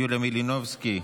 יוליה מלינובסקי,